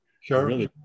Sure